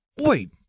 Wait